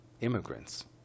immigrants